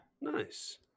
Nice